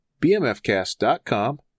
BMFcast.com